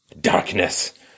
darkness